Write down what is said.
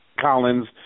Collins